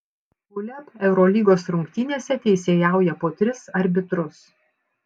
uleb eurolygos rungtynėse teisėjauja po tris arbitrus